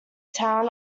town